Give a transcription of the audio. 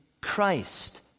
Christ